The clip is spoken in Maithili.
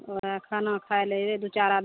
ओएह खाना खाए ला अयतै दू चार आदमी